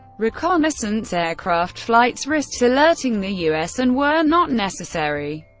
reconnaissance aircraft flights risked alerting the u s. and were not necessary.